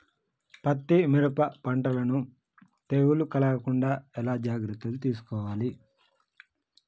పత్తి మిరప పంటలను తెగులు కలగకుండా ఎలా జాగ్రత్తలు తీసుకోవాలి?